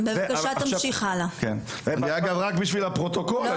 ואגב רק בשביל הפרוטוקול,